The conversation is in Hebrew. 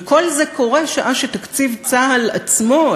וכל זה קורה שעה שתקציב צה"ל עצמו,